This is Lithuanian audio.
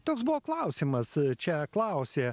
toks buvo klausimas čia klausė